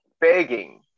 begging